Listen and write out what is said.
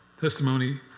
testimony